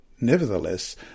Nevertheless